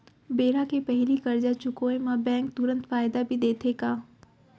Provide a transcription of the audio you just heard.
बेरा के पहिली करजा चुकोय म बैंक तुरंत फायदा भी देथे का?